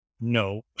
No